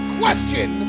question